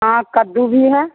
हाँ कद्दू भी है